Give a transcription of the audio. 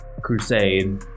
crusade